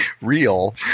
real